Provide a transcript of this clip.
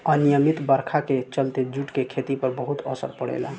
अनिमयित बरखा के चलते जूट के खेती पर बहुत असर पड़ेला